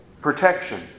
protection